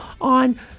on